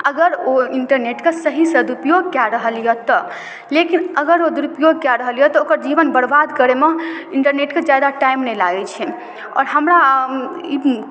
अगर ओ इन्टरनेटके सही सदुपयोग कए रहल यऽ तऽ लेकिन अगर ओ दुरुपयोग कए रहल यऽ तऽ ओकर जीवन बर्बाद करयमे इन्टरनेटके जादा टाइम नहि लागय छै आओर हमरा ई